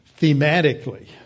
thematically